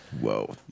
Whoa